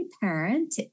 Parent